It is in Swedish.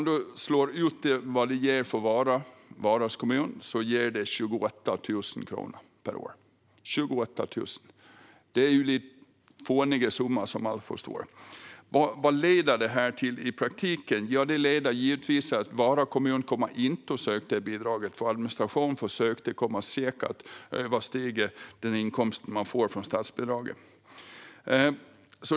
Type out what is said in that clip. Det skulle ge Vara kommun 28 000 kronor per år, om man slår ut det. Det är som alla förstår en fånig summa. Vad leder det här till i praktiken? Jo, Vara kommun kommer givetvis inte att söka det bidraget. Kostnaden för administrationen för att söka kommer säkert att överstiga den inkomst man skulle få från statsbidraget.